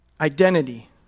Identity